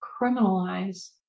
criminalize